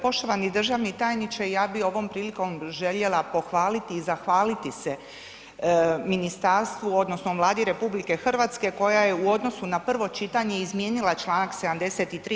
Poštovani državni tajniče, ja bih ovom prilikom željela pohvaliti i zahvaliti se ministarstvu odnosno Vladi RH koja je u odnosu na prvo čitanje izmijenila čl. 73.